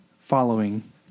Following